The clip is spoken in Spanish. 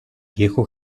viejo